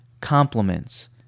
compliments